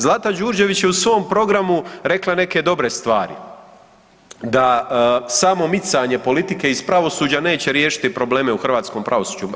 Zlata Đurđević je u svom programu rekla neke dobre stvari, da samo micanje politike iz pravosuđa neće riješiti probleme u hrvatskom pravosuđu.